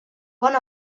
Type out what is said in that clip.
one